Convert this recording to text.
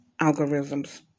algorithms